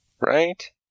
right